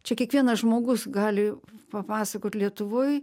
čia kiekvienas žmogus gali papasakot lietuvoj